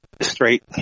straight